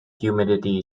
humidity